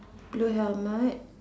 blue helmet